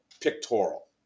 pictorial